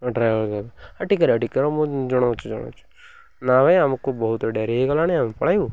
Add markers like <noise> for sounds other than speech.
ହଁ ଡ୍ରାଇଭର୍ <unintelligible> ମୁଁ ଜଣାଉଛି ଜଣାଉଛି ନା ଭାଇ ଆମକୁ ବହୁତ ଡେରି ହେଇଗଲାଣି ଆମେ ପଳାଇବୁ